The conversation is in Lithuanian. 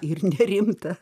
ir nerimta